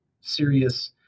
serious